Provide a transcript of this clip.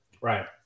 right